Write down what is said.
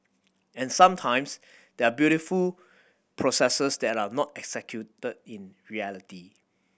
and sometimes there are beautiful processes that are not executed in reality